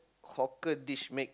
hawker dish made